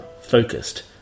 focused